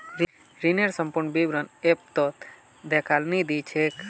ऋनेर संपूर्ण विवरण ऐपत दखाल नी दी छेक